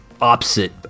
opposite